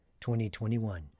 2021